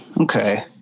Okay